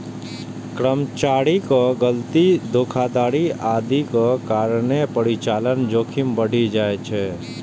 कर्मचारीक गलती, धोखाधड़ी आदिक कारणें परिचालन जोखिम बढ़ि जाइ छै